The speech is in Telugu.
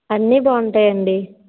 అన్ని బాగుంటాయి అండి